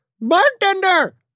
Bartender